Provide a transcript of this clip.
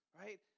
right